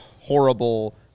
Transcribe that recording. horrible